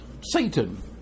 Satan